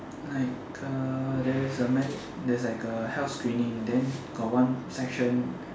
like there is a medic there is like a health scanning then got one section